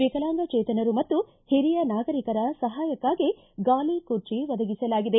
ವಿಕಲಾಂಗಚೇತನರು ಮತ್ತು ಹಿರಿಯ ನಾಗರಿಕರ ಸಹಾಯಕ್ಕಾಗಿ ಗಾಲಿ ಖುರ್ಚಿ ಒದಗಿಸಲಾಗಿದೆ